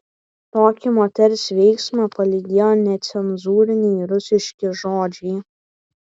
tokį moters veiksmą palydėjo necenzūriniai rusiški žodžiai